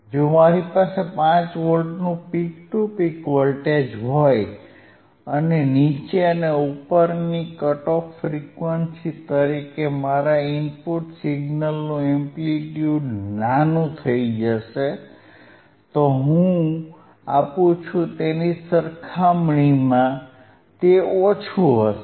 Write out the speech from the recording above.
જો મારી પાસે 5 વોલ્ટનું પીક ટુ પીક વોલ્ટેજ હોય અને નીચે અને ઉપરની કટ ઓફ ફ્રીક્વન્સી તરીકે મારા ઇનપુટ સિગ્નલનું એમ્પ્લીટ્યુડ નાનુ થઇ જશે તો હું આપું છું તેની સરખામણીમાં તે ઓછું હશે